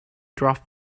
draft